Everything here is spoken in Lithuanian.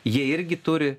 jie irgi turi